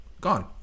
Gone